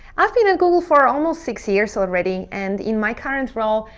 i've been at google for almost six years already. and in my current role,